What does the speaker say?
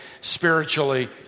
spiritually